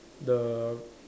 the